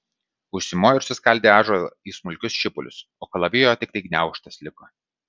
užsimojo ir suskaldė ąžuolą į smulkius šipulius o kalavijo tiktai gniaužtas liko